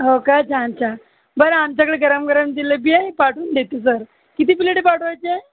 हो का छान छान बरं आमच्याकडंं गरम गरम जिलेबी आहे पाठवून देते सर किती प्लेटे पाठवायची आहे